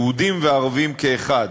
יהודים וערבים כאחד.